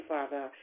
Father